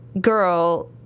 girl